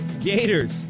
Gators